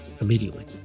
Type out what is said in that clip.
immediately